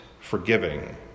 forgiving